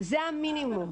זה המינימום.